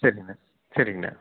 சரிங்கண்ணா சரிங்கண்ணா